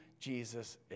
Jesus